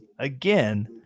Again